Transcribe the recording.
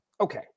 Okay